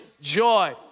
joy